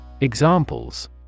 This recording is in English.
Examples